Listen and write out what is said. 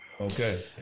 Okay